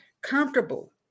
Comfortable